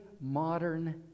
modern